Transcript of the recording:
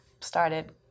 started